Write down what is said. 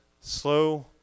slow